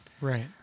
Right